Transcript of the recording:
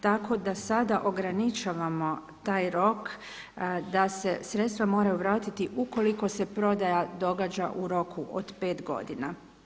Tako da sada ograničavamo taj rok da se sredstva moraju vratiti ukoliko se prodaja događa u roku od 5 godina.